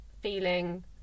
feeling